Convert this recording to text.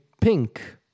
Pink